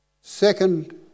Second